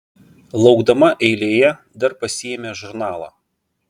laukdama eilėje dar pasiėmė žurnalą